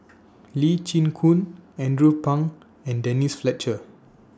Lee Chin Koon Andrew Phang and Denise Fletcher